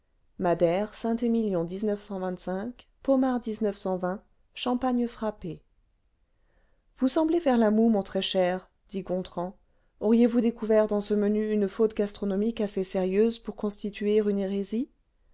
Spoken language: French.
madère saint êmilion pomard champagne frappé ce vous semblez faire la moue mon très cher dit gontran auriezle vingtième siècle vous découvert dans ce menu une faute gastronomique assez sérieuse pour constituer une hérésie